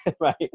right